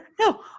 No